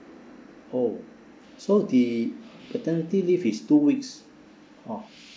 oh so the paternity leave is two weeks oh